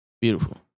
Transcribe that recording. Beautiful